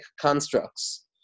constructs